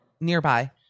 Nearby